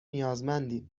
نیازمندیم